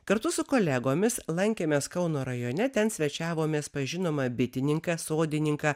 kartu su kolegomis lankėmės kauno rajone ten svečiavomės pas žinomą bitininką sodininką